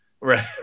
Right